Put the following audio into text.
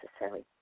necessary